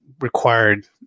required